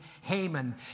Haman